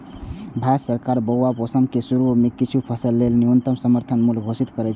भारत सरकार बुआइ के मौसम के शुरू मे किछु फसल लेल न्यूनतम समर्थन मूल्य घोषित करै छै